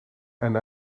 and